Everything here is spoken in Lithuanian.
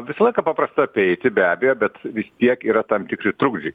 visą laiką paprasta apeiti be abejo bet vis tiek yra tam tikri trukdžiai